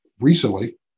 recently